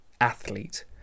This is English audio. athlete